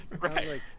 Right